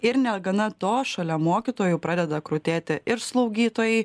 ir negana to šalia mokytojų pradeda krutėti ir slaugytojai